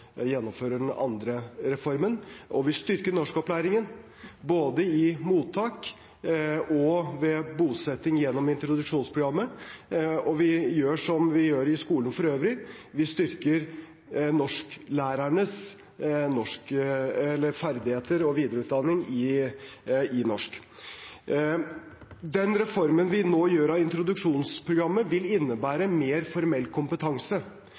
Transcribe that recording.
gjennomfører den andre reformen. Og vi styrker norskopplæringen, både i mottak og ved bosetting, gjennom introduksjonsprogrammet. Vi gjør som vi gjør i skolen for øvrig: Vi styrker lærernes ferdigheter og videreutdanning i norsk. Denne reformen av introduksjonsprogrammet vil innebære mer formell kompetanse.